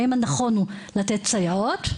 האם הנכון הוא לתת סייעות,